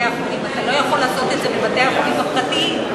אתה לא יכול לעשות את זה בבתי-החולים הפרטיים.